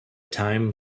time